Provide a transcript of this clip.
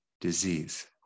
disease